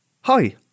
Hi